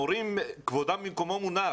המורים כבודם במקומם מונח.